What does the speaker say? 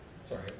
Sorry